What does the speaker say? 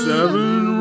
Seven